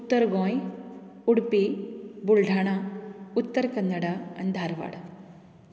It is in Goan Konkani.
उत्तर गोंय उडपी बुलधाणा उत्तर कन्नडा धारवाड